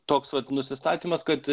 toks vat nusistatymas kad